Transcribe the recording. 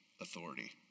authority